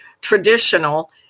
traditional